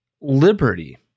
liberty